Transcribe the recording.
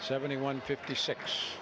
seventy one fifty six